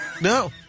No